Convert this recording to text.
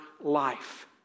life